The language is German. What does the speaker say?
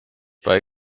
bei